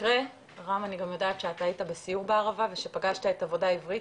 רם אני גם יודעת שהיית בסיור בערבה ושפגשת את 'עבודה עברית'.